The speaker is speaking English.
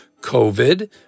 COVID